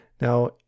Now